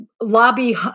lobby